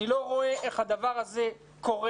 אני לא רואה איך הדבר הזה קורה.